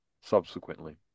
subsequently